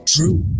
True